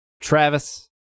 Travis